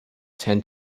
tend